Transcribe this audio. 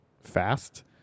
fast